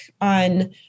on